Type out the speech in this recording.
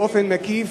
באופן מקיף,